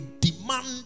demand